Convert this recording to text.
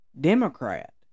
Democrat